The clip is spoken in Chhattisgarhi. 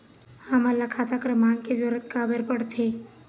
हमन ला खाता क्रमांक के जरूरत का बर पड़थे?